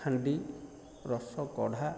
ହାଣ୍ଡି ରସ କଢ଼ା